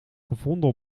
gevonden